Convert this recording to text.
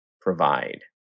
provide